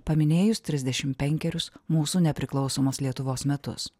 paminėjus trisdešim penkerius mūsų nepriklausomos lietuvos metus